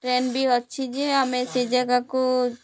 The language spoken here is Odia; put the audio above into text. ଟ୍ରେନ୍ ବି ଅଛି ଯେ ଆମେ ସେ ଜାଗାକୁ